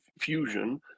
fusion